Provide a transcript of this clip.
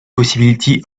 possibility